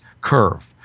curve